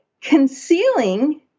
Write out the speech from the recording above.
concealing